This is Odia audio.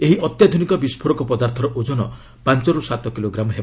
ଏହି ଅତ୍ୟାଧୁନିକ ବିସ୍ଫୋରକ ପଦାର୍ଥର ଓଜନ ପାଞ୍ଚରୁ ସାତ କିଲୋଗ୍ରାମ ହେବ